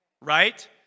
Right